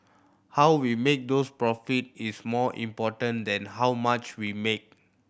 how we make those profit is more important than how much we make